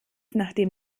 nachdem